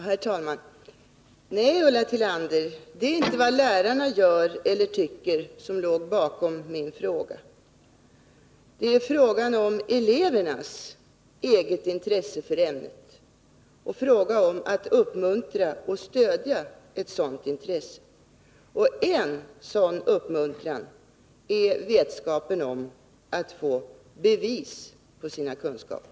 Herr talman! Nej, Ulla Tillander, det är inte vad lärarna gör eller tycker som låg bakom min fråga. Det gäller här elevernas eget intresse för ämnet, och det gäller att uppmuntra och stödja ett sådant intresse. En sådan uppmuntran är vetskapen om att man får bevis på sina kunskaper.